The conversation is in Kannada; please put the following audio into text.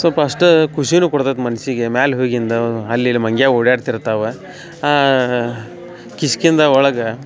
ಸ್ವಲ್ಪ ಅಷ್ಟೇ ಖುಷಿಯೂ ಕೊಡ್ತದ್ ಮನಸಿಗೆ ಮ್ಯಾಲೆ ಹೋಗಿಂದ ಅಲ್ಲಿ ಇಲ್ಲಿ ಮಂಗ ಓಡಾಡ್ತಿರ್ತಾವೆ ಕಿಷ್ಕಿಂಧ ಒಳಗೆ